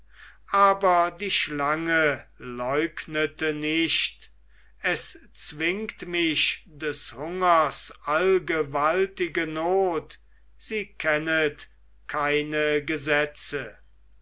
aber die schlange leugnete nicht es zwingt mich des hungers allgewaltige not sie kennet keine gesetze